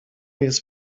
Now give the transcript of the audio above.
jest